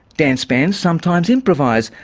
dance bands sometimes improvise,